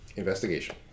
Investigation